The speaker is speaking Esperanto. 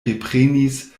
reprenis